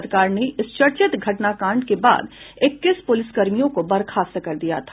सरकार ने इस चर्चित घटना कांड के बाद इक्कीस प्रलिसकर्मियों को बर्खास्त कर दिया था